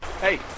Hey